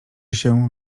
się